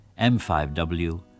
M5W